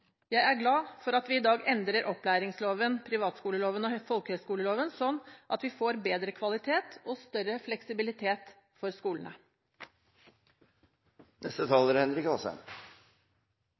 Jeg er glad for at vi i dag endrer opplæringsloven, privatskoleloven og folkehøyskoleloven, sånn at vi får bedre kvalitet i og større fleksibilitet for